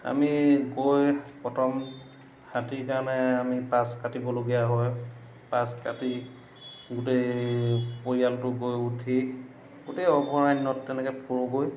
আমি গৈ প্ৰথম হাতীৰ কাৰণে আমি পাচ কাটিবলগীয়া হয় পাচ কাটি গোটেই পৰিয়ালটো গৈ উঠি গোটেই অভৰাণ্যত তেনেকৈ ফুৰোঁগৈ